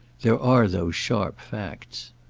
there are those sharp facts.